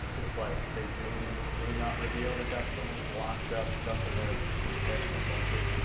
it's like they maybe may not reveal they've got someone locked up, dunkin' their head in a bucket.